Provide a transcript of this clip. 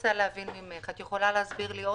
רוצה להבין ממך, האם את יכולה להסביר לי?